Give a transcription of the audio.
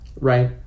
Right